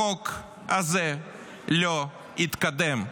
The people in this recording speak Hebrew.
החוק הזה לא יתקדם.